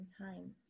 time